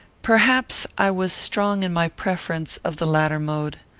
perhaps i was strong in my preference of the latter mode.